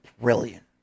brilliant